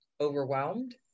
overwhelmed